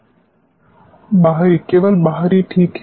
छात्र बाहरी केवल बाहरी ठीक है